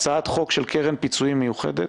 הצעת חוק של קרן פיצויים מיוחדת,